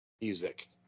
music